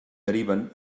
deriven